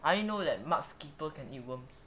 I only know that mudskippers can eat worms